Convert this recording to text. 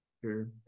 Sure